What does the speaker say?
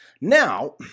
now